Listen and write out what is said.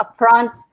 upfront